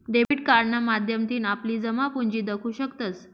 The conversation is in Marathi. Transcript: डेबिट कार्डना माध्यमथीन आपली जमापुंजी दखु शकतंस